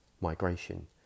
migration